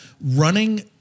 running